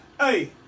Hey